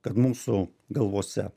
kad mūsų galvose